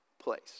place